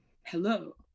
hello